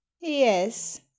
Yes